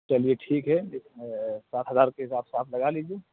چلیے ٹھیک ہے اس میں سات ہزار کے حساب سے آپ لگا لیجیے